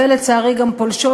ולצערי גם פולשות,